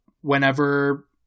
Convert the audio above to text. Whenever